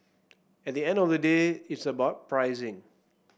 at the end of the day it's about pricing